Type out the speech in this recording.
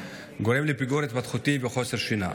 וגורם לפיגור התפתחותי וחוסר שינה.